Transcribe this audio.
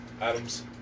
Adam's